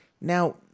Now